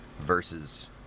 versus